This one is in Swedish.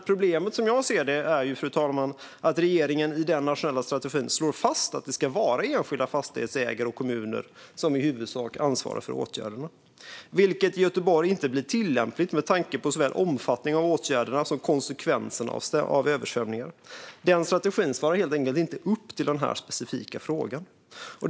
Problemet är, som jag ser det, fru talman, att regeringen i den nationella strategin slår fast att det ska vara enskilda fastighetsägare och kommuner som i huvudsak ansvarar för åtgärderna, vilket i Göteborg inte blir tillämpligt med tanke på såväl omfattningen av åtgärderna som konsekvenserna av översvämningar. Den strategin svarar helt enkelt inte upp till den specifika frågan.